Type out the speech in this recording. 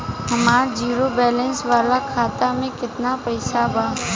हमार zero balance वाला खाता में केतना पईसा बा?